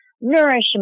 nourishment